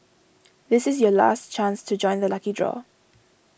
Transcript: this is your last chance to join the lucky draw